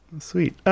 Sweet